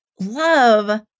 love